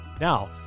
Now